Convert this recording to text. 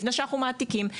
לפני שאנחנו מעתיקים.